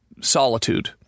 solitude